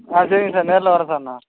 ஆ சரிங்க சார் நேரில் வர்றேன் சார் நான்